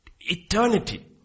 eternity